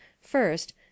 first